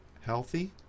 healthy